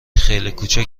خیلی